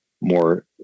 more